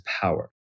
power